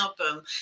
album